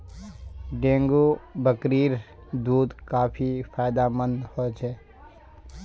dengue बकरीर दूध काफी फायदेमंद ह छ